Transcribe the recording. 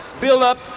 buildup